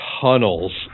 tunnels